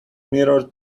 mirror